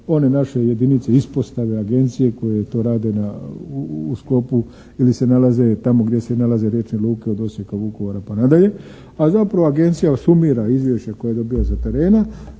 one naše jedinice ispostave agencije koje to rade u sklopu ili se nalaze tamo gdje se nalaze riječne luke od Osijeka, Vukovara pa nadalje, a zapravo agencija sumira izvješće koje dobiva sa terena.